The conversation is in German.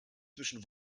zwischen